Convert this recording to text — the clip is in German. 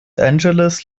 angeles